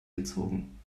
gezogen